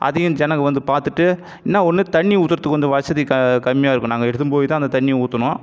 அதையும் ஜனங்கள் வந்து பார்த்துட்டு என்ன ஒன்று தண்ணி ஊற்றுறத்துக்கு கொஞ்சம் வசதி க கம்மியாக இருக்கும் நாங்கள் எடுத்துகின்னு போய் தான் அந்த தண்ணியை ஊற்றணும்